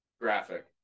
graphic